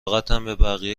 بقیه